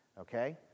Okay